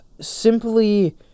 simply